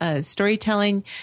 storytelling